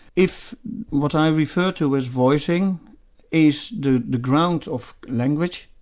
if what i refer to as voicing is the the ground of language,